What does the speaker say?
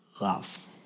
love